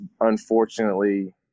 unfortunately